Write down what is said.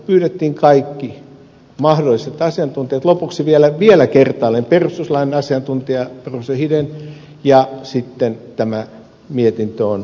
pyydettiin kaikki mahdolliset asiantuntijat lopuksi vielä kertaalleen perustuslain asiantuntija professori hiden ja sitten tämä mietintö on näin tehty